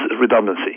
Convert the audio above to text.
redundancy